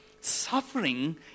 suffering